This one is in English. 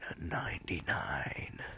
ninety-nine